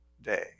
day